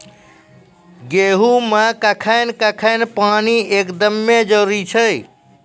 गेहूँ मे कखेन कखेन पानी एकदमें जरुरी छैय?